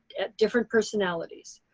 different personalities.